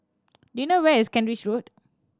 do you know where is Kent Ridge Road